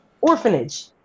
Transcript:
orphanage